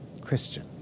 Christian